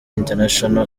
international